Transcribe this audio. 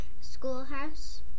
Schoolhouse